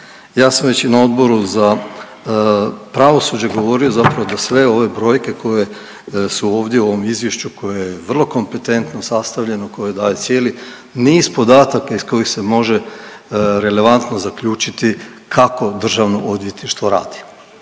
Ja sam već i na Odboru za pravosuđe govorio zapravo da sve ove brojke koje su ovdje u ovom izvješću koje je vrlo kompetentno sastavljeno koje daje cijeli niz podataka iz kojih se može relevantno zaključiti kako državno odvjetništvo radi,